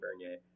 Bernier